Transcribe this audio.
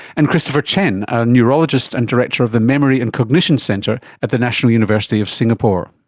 and christopher chen, a neurologist and director of the memory and cognition centre at the national university of singapore.